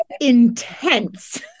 intense